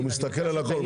הוא מסתכל על הכול.